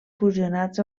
fusionats